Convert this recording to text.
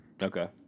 Okay